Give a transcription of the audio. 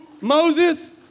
Moses